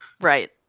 Right